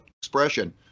expression